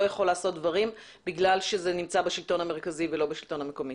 יכול לעשות דברים כי זה נמצא בשלטון המרכזי ולא בשלטון המקומי.